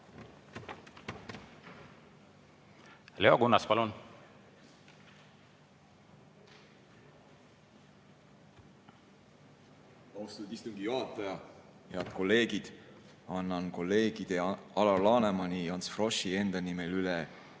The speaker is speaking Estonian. Leo Kunnas, palun!